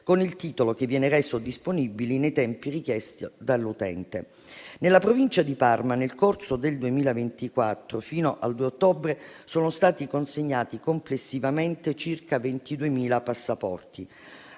con il titolo che viene reso disponibile nei tempi richiesti dall'utente. Nella Provincia di Parma, nel corso del 2024 e fino al 2 ottobre, sono stati consegnati complessivamente circa 22.000 passaporti.